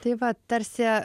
tai va tarsi